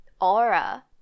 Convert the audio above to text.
aura